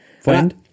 Friend